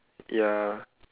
ya